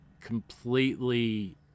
completely